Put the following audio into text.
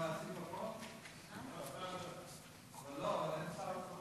ההצעה להעביר את הנושא לוועדת העבודה,